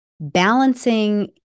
balancing